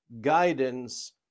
guidance